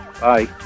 Bye